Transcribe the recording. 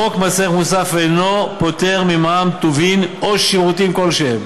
חוק מס ערך מוסף אינו פוטר ממע"מ טובין או שירותים כלשהם,